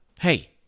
hey